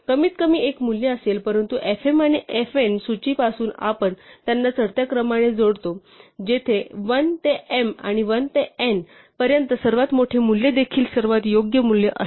कमीतकमी एक मूल्य असेल परंतु fm आणि fn सूची पासून आपण त्यांना चढत्या क्रमाने जोडतो जेथे 1 ते m आणि 1 ते n पर्यंत सर्वात मोठे मूल्य देखील सर्वात योग्य मूल्य असेल